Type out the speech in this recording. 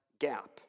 gap